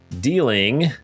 dealing